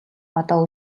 одоо